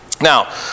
Now